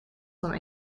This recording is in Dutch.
van